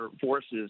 forces